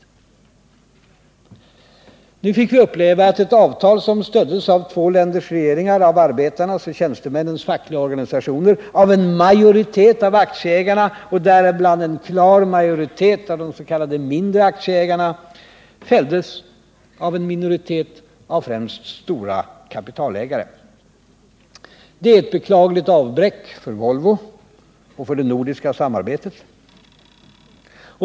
Nu fick vi uppleva att ett avtal som stöddes av två länders regeringar, av arbetarnas och tjänstemännens fackliga organisationer, av en majoritet av aktieägarna och däribland en klar majoritet av de s.k. mindre aktieägarna, fälldes av en minoritet av främst stora kapitalägare. Det är ett beklagligt avbräck för Volvo och för det nordiska samarbetet.